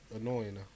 annoying